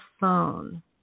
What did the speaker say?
phone